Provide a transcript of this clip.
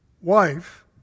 wife